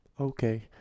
Okay